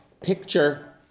picture